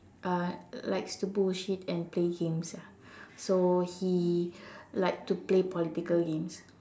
uh likes to bullshit and play games ah so he like to play political games